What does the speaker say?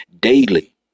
daily